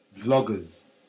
Vloggers